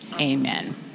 Amen